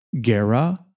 Gera